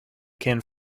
can